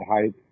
height